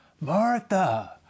Martha